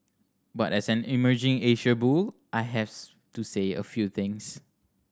but as an emerging Asia bull I have to say a few things